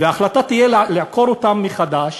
וההחלטה תהיה לעקור אותם מחדש